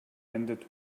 ended